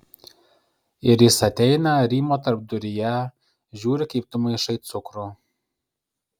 ir jis ateina rymo tarpduryje žiūri kaip tu maišai cukrų